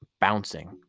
bouncing